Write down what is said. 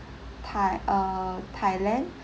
thai~ uh thailand